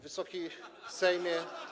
Wysoki Sejmie!